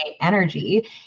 energy